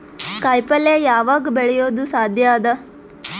ಕಾಯಿಪಲ್ಯ ಯಾವಗ್ ಬೆಳಿಯೋದು ಸಾಧ್ಯ ಅದ?